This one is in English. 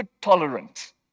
tolerant